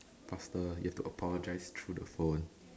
faster you've to apologize through the phone